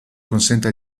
consente